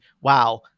Wow